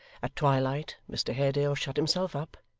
at twilight, mr haredale shut himself up,